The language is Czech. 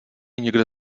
nikde